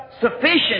sufficient